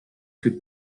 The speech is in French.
fait